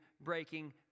breaking